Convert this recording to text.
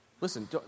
Listen